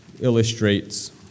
illustrates